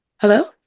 Hello